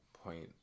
Point